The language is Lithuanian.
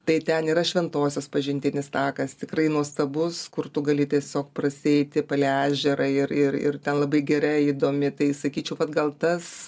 tai ten yra šventosios pažintinis takas tikrai nuostabus kur tu gali tiesiog prasieiti palei ežerą ir ir ir ten labai giria įdomi tai sakyčiau vat gal tas